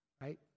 right